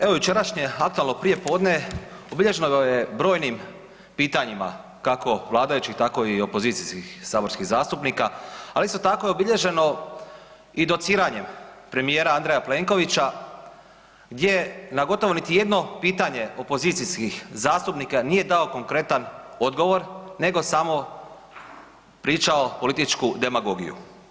Evo jučerašnje aktualno prijepodne obilježeno je brojnim pitanjima kako vladajućih tako i opozicijskih saborskih zastupnika, ali isto tako je obilježeno i dociranjem premijera Andreja Plenkovića gdje na gotovo niti jedno pitanje opozicijskih zastupnika nije dao konkretan odgovor nego samo pričao političku demagogiju.